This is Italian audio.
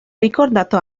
ricordato